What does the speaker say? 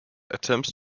attempts